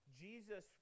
Jesus